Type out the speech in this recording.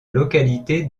localité